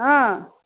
हँ